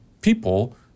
people